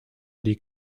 die